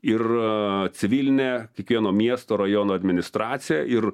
ir civilinė kiekvieno miesto rajono administracija ir